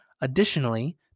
Additionally